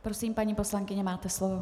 Prosím, paní poslankyně, máte slovo.